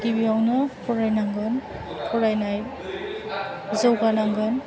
गिबियावनो फरायनांगोन फरायनाय जौगानांगोन